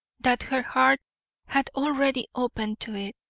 that her heart had already opened to it.